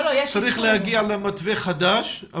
צריכים להגיע למתווה חדש,